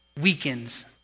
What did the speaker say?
weakens